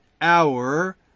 hour